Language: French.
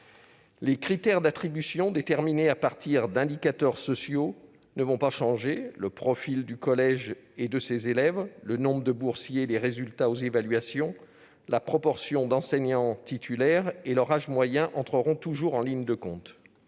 Les critères d'attribution, déterminés à partir d'indicateurs sociaux, ne vont pas changer : le profil du collège et de ses élèves, le nombre de boursiers et les résultats aux évaluations, la proportion d'enseignants titulaires et leur âge moyen entreront toujours en ligne de compte.